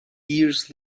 years